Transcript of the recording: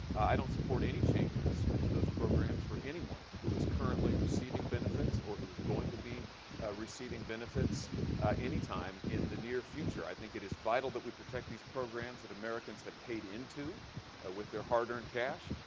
i don't support any changes to those programs for anyone who is currently referring benefits or who is going to be receiving benefits anytime in the near future. i think it is vital that we protect these programs that americans have paid into with their hard-earned cash.